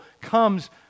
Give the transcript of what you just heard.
comes